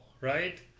right